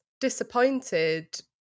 disappointed